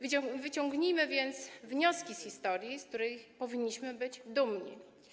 Wyciągnijmy więc wnioski z historii, z której powinniśmy być dumni.